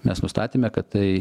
mes nustatėme kad tai